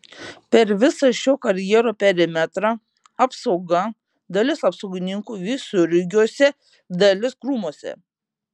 per visą šio karjero perimetrą apsauga dalis apsaugininkų visureigiuose dalis krūmuose